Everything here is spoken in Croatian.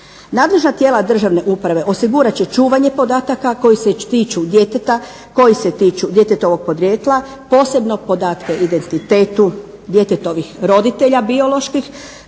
Nadležna tijela državne uprave osigurat će čuvanje podataka koji se tiču djeteta, koji se tiču djetetovog podrijetla, posebno podatke o identitetu djetetovih roditelja bioloških,